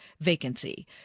vacancy